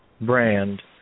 brand